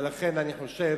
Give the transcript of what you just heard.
ולכן אני חושב